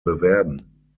bewerben